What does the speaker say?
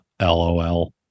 lol